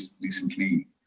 recently